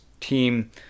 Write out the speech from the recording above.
team